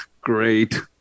Great